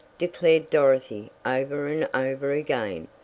declared dorothy over and over again.